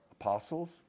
Apostles